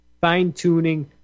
fine-tuning